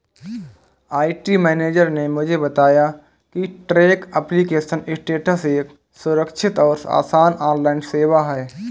IT manager ने मुझे बताया की ट्रैक एप्लीकेशन स्टेटस एक सुरक्षित और आसान ऑनलाइन सेवा है